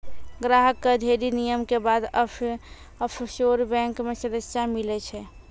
ग्राहक कअ ढ़ेरी नियम के बाद ऑफशोर बैंक मे सदस्यता मीलै छै